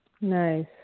Nice